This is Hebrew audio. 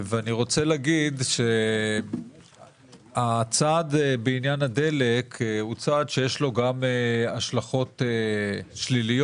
ואני רוצה להגיד שהצעד בעניין הדלק הוא צעד שיש לו גם השלכות שליליות,